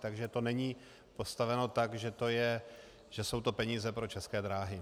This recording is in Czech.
Takže to není postaveno tak, že jsou to peníze pro České dráhy.